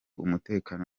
umutekano